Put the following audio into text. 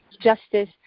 justice